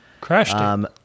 Crashed